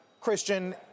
Christian